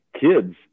kids